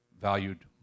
valued